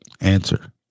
answer